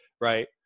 right